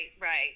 right